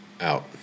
Out